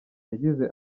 yagize